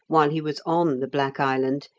while he was on the black island,